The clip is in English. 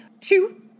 two